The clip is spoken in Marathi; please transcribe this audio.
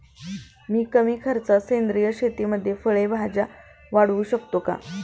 मी कमी खर्चात सेंद्रिय शेतीमध्ये फळे भाज्या वाढवू शकतो का?